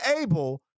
able